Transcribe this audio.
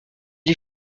est